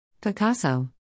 Picasso